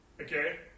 Okay